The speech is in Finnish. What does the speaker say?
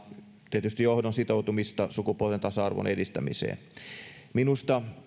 tietysti johdon sitoutumista sukupuolten tasa arvon edistämiseen minusta